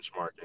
benchmarking